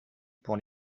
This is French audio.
pour